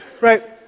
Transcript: Right